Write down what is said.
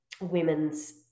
women's